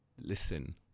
listen